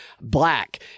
black